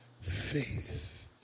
faith